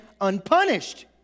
unpunished